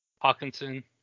Hawkinson